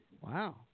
Wow